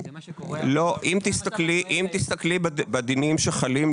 אם תסתכלי בדינים שחלים,